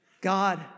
God